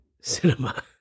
cinema